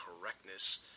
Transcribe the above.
correctness